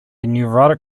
neurotic